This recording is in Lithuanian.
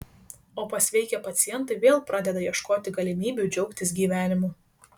o pasveikę pacientai vėl pradeda ieškoti galimybių džiaugtis gyvenimu